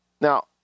Now